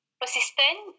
persistent